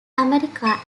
america